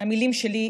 המילים שלי,